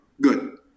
Good